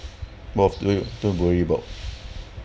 what do you often worry about